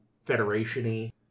Federation-y